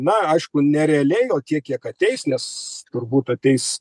na aišku nerealiai o tiek kiek ateis nes turbūt ateis